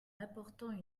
apportant